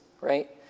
right